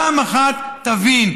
פעם אחת תבין.